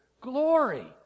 Glory